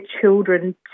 children